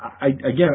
again